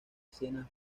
escenas